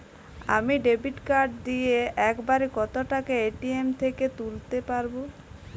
আমি debit card দিয়ে এক বারে কত টাকা এ.টি.এম থেকে তুলতে পারবো?